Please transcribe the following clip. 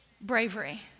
bravery